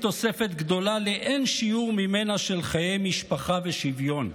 תוספת גדולה לאין-שיעור ממנה של חיי משפחה ושוויון,